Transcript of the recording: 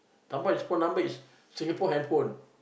some more his phone number is Singapore handphone